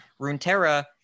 Runeterra